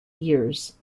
years